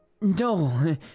No